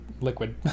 liquid